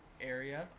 area